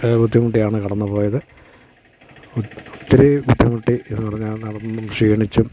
ബുദ്ധിമുട്ടിയാണ് കടന്ന് പോയത് ഒത്തിരി ബുദ്ധിമുട്ടി എന്ന് പറഞ്ഞാൽ നടന്നും ക്ഷീണിച്ചും